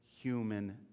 human